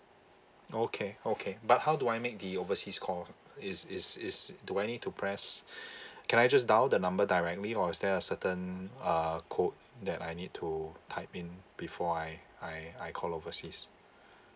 okay okay but how do I make the overseas call is is is do I need to press can I just dial the number directly or is there a certain uh code that I need to type in before I I I call overseas